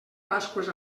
pasqües